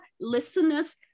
listeners